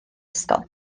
ysgol